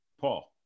Paul